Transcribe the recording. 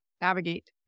navigate